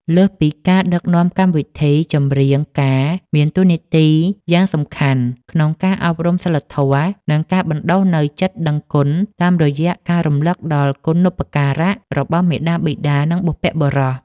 លើសពីការដឹកនាំកម្មវិធី ចម្រៀងការមានតួនាទីយ៉ាងសំខាន់ក្នុងការអប់រំសីលធម៌ និងការបណ្តុះនូវចិត្តដឹងគុណតាមរយៈការរំលឹកដល់គុណូបការៈរបស់មាតាបិតា និងបុព្វបុរស។